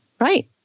Right